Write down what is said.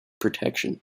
protection